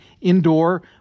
indoor